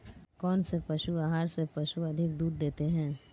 कौनसे पशु आहार से पशु अधिक दूध देते हैं?